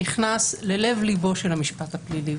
שנכנס ללב ליבו של המשפט הפלילי.